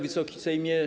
Wysoki Sejmie!